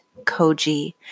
Koji